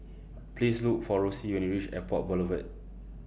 Please Look For Roxie when YOU REACH Airport Boulevard